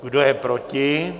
Kdo je proti?